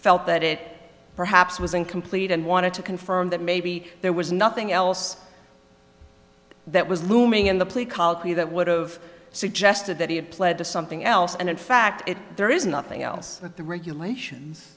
felt that it perhaps was incomplete and wanted to confirm that maybe there was nothing else that was looming in the play called me that would've suggested that he had pled to something else and in fact there is nothing else that the regulations